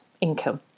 income